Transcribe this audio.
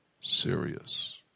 serious